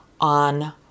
on